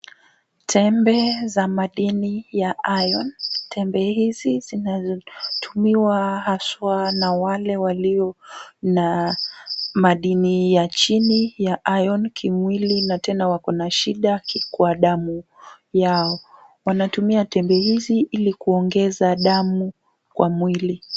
Tembe za madini ya iron . Tembe hizi zinazotumiwa haswa na wale walio na madini ya chini ya iron kimwili, na tena wako na shida kwa damu yao. Wanatumia tembe hizi ili kuongeza damu kwa mwili.